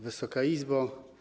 Wysoka Izbo!